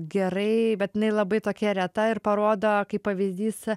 gerai bet jinai labai tokia reta ir parodo kaip pavyzdys